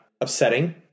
upsetting